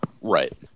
Right